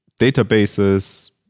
databases